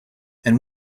and